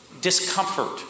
discomfort